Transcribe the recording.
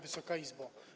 Wysoka Izbo!